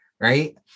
Right